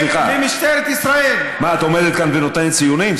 סליחה, מה, את עומדת כאן ונותנת ציונים?